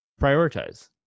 prioritize